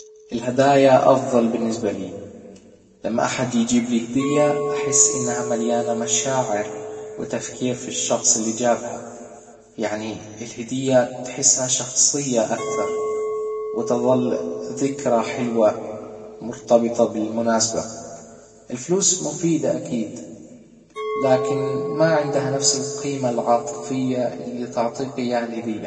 الهدايا افضل بالنسبة لي لما احد يجيب لي هدية احس انها مليانة مشاعر وتفكير في الشخص اللي جابها يعني الهدية تحسها شخصية اكثر وتظل ذكرى حلوة مرتبطة بالمناسبة الفلوس مفيدة اكيد لكن ما عندها نفس القيمة العاطفية اللي تعطيكي اياها الهدية